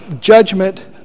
judgment